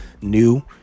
new